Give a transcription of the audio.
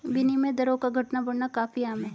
विनिमय दरों का घटना बढ़ना काफी आम है